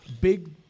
big